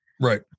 Right